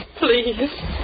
Please